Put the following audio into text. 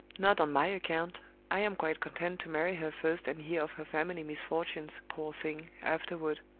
not on my account i am quite content to marry her first and hear of her family misfortunes, poor thing, afterward.